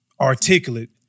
articulate